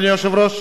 אדוני היושב-ראש?